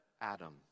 Adam